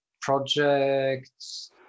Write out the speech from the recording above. projects